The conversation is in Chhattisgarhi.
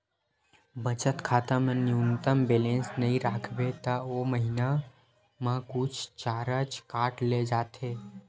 बचत खाता म न्यूनतम बेलेंस नइ राखबे त ओ महिना म कुछ चारज काट ले जाथे